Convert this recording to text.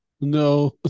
No